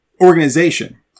organization